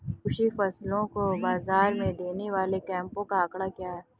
कृषि फसलों को बाज़ार में देने वाले कैंपों का आंकड़ा क्या है?